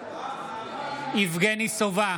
יבגני סובה,